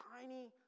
tiny